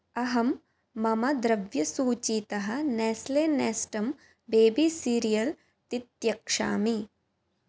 अहं मम द्रव्यसूचीतः नेस्ले नेस्टम् बेबि सीरियल् तित्यक्षामि